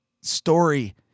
story